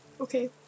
Okay